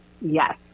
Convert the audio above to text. Yes